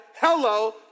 hello